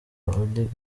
odinga